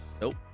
Nope